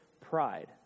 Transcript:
pride